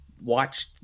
watched